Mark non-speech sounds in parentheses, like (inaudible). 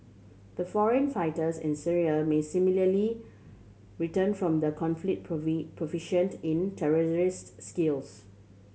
the foreign fighters in Syria may similarly return from the conflict (unintelligible) proficient in terrorist skills